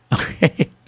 Okay